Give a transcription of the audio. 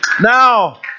Now